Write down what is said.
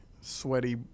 sweaty